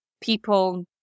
people